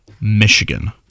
Michigan